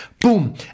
Boom